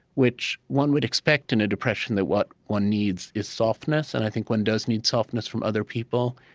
which one would expect, in a depression, that what one needs is softness and i think one does need softness from other people.